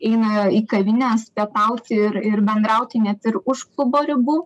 eina į kavines pietauti ir ir bendrauti net ir už klubo ribų